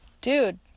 dude